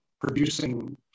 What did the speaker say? producing